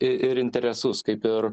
i ir interesus kaip ir